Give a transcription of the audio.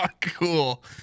cool